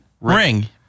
Ring